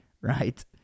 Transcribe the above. right